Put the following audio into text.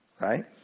Right